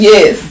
Yes